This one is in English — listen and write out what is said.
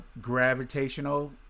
Gravitational